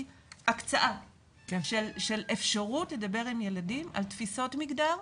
הקצאה של אפשרות לדבר עם ילדים על תפיסות מגדר,